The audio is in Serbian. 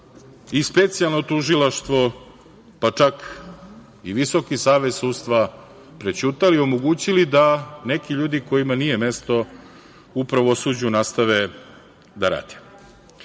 i Specijalno tužilaštvo, pa čak i Visoki savet sudstva, prećutali i omogućili da neki ljudi kojima nije mesto u pravosuđu nastave da